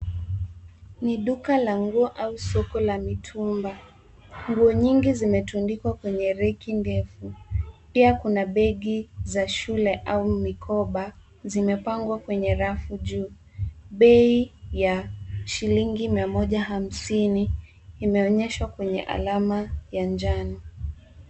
Ni duka la nguo au soko la mitumba. Nguo nyingi zimetundikwa kwenye reki ndefu. Pia kuna begi za shule au mikoba zimepangwa kwenye rafu juu. Bei ya shilingi mia moja hamsini imeonyeshwa kwenye alama ya njano.